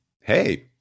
Hey